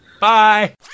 Bye